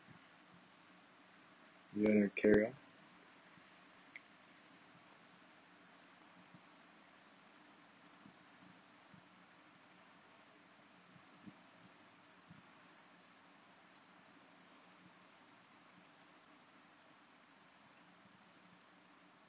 ya carry on